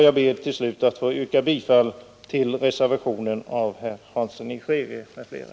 Jag ber till slut att få yrka bifall till reservationen av herr Hansson i Skegrie m.fl.